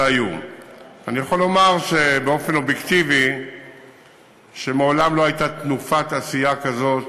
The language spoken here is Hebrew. אני יכול לומר באופן אובייקטיבי שמעולם לא הייתה תנופת עשייה כזאת